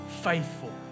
faithful